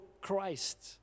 Christ